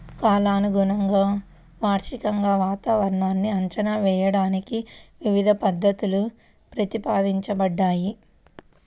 కాలానుగుణంగా, వార్షికంగా వాతావరణాన్ని అంచనా వేయడానికి వివిధ పద్ధతులు ప్రతిపాదించబడ్డాయి